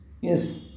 Yes